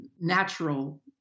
natural